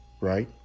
Right